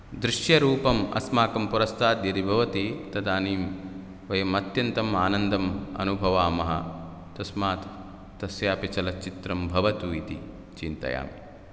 दृश्यरूपम् अस्माकं पुरस्ताद् यदि भवति तदानीं वयम् अत्यन्तम् आनन्दम् अनुभवामः तस्मात् तस्यापि चलच्चित्रं भवतु इति चिन्तयामि